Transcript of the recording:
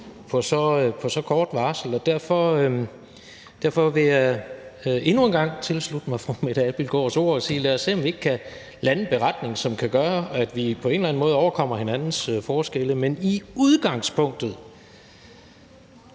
med så kort varsel. Derfor vil jeg endnu en gang tilslutte mig fru Mette Abildgaards ord og sige: Lad os se, om vi ikke kan lande en beretning, som kan gøre, at vi på en eller anden måde overkommer hinandens forskelle. Men i udgangspunktet